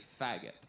faggot